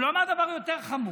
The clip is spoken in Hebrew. אבל הוא אמר דבר יותר חמור: